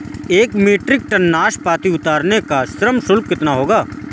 एक metric tonne नाशपाती उतारने का श्रम शुल्क कितना होगा?